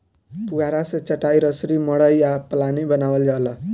पुआरा से चाटाई, रसरी, मड़ई आ पालानी बानावल जाला